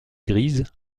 grise